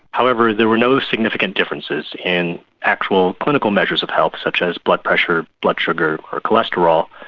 however, there were no significant differences in actual clinical measures of health such as blood pressure, blood sugar or cholesterol,